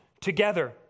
together